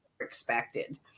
expected